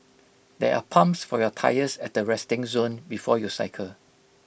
there are pumps for your tyres at the resting zone before you cycle